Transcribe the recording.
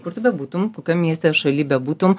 kur tu bebūtum kokiam mieste ar šaly bebūtum